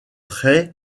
trait